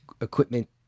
equipment